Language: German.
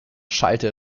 schallte